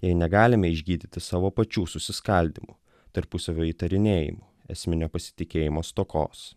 jei negalime išgydyti savo pačių susiskaldymo tarpusavio įtarinėjimų esminio pasitikėjimo stokos